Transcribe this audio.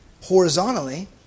horizontally